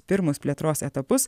pirmus plėtros etapus